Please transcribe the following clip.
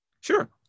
Sure